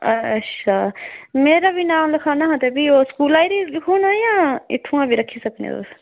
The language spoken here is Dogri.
अच्छा मेरा बी नांऽ लखाना हा ते फ्ही ओह् स्कूलां आइयै बी लिखी उड़ना जां इत्थु बी रक्खी सकने तुस